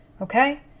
Okay